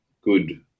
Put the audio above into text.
good